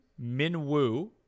Minwoo